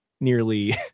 nearly